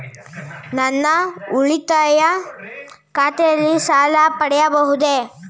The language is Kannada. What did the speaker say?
ನನ್ನ ಉಳಿತಾಯ ಖಾತೆಯಲ್ಲಿ ಸಾಲ ಪಡೆಯಬಹುದೇ?